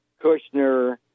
Kushner